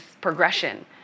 progression